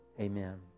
amen